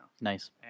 Nice